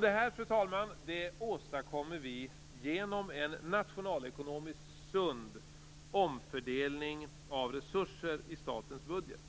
Det här, fru talman, åstadkommer vi genom en nationalekonomiskt sund omfördelning av resurser i statens budget